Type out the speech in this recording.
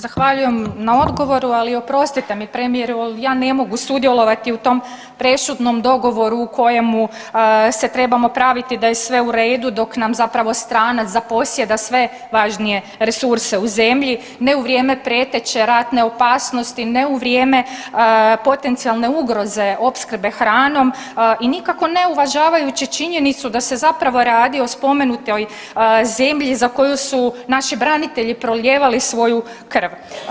Zahvaljujem na odgovoru, ali oprostite mi premijeru ali ja ne mogu sudjelovati u tom presudnom dogovoru u kojemu se trebamo praviti da je sve u redu dok nam zapravo stranac zaposjeda sve važnije resurse u zemlji ne u vrijeme prijeteće ratne opasnosti, ne u vrijeme potencijalne ugroze opskrbe hranom i nikako ne uvažavajući činjenicu da se zapravo radi o spomenutoj zemlji za koju su naši branitelji prolijevali svoju krv.